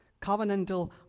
covenantal